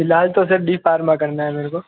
फिलहाल तो sir D Pharma करना है मेरे को